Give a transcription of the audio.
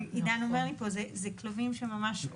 ועידן אומר לי פה שאלו כלבים שממש עובדים איתם.